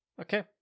Okay